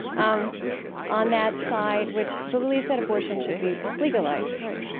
um on that side, which but believes that abortion should be legalized right